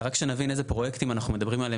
רק שנבין איזה פרויקטים אנחנו מדברים עליהם